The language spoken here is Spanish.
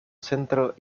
centro